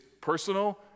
personal